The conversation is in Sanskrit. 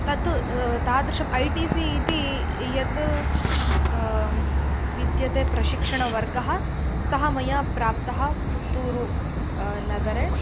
तत् तादृशम् ऐ टी सि इति यत् विद्यते प्रशिक्षणवर्गः सः मया प्राप्तः पुत्तूरु नगरे